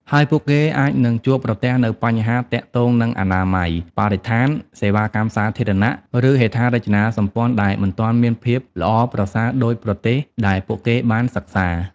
ហើយពួកគេអាចនឹងជួបប្រទះនូវបញ្ហាទាក់ទងនឹងអនាម័យ បរិស្ថាន សេវាកម្មសាធារណៈ ឬហេដ្ឋារចនាសម្ព័ន្ធដែលមិនទាន់មានភាពល្អប្រសើរដូចប្រទេសដែលពួកគេបានសិក្សា។